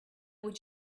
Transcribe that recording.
would